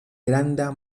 granda